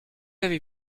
avait